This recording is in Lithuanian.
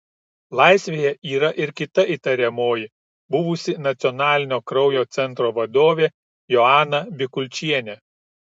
laisvėje yra ir kita įtariamoji buvusi nacionalinio kraujo centro vadovė joana bikulčienė